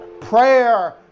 prayer